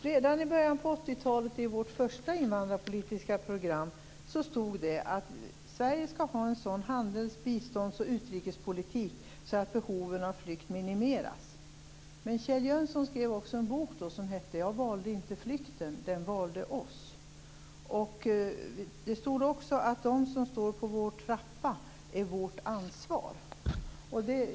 Herr talman! Redan i vårt första invandrarpolitiska program i början på 80-talet stod det att Sverige skall ha en sådan handels-, bistånds och utrikespolitik att behoven av flykt minimeras. Kjell Jönsson skrev en bok som hette Jag valde inte flykten, den valde oss. Det stod också att de som står på vår trappa är vårt ansvar.